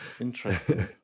Interesting